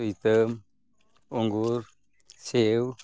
ᱥᱩᱭᱛᱟᱹᱢ ᱟᱸᱜᱩᱨ ᱥᱮᱣ